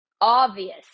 obvious